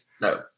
No